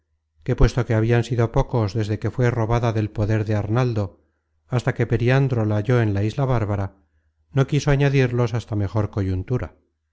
que puesto que habian sido pocos desde que fué robada del poder de arnaldo hasta que periandro la halló en la isla bárbara no quiso añadirlos hasta mejor coyuntura